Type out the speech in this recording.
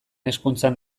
hezkuntzan